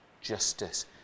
justice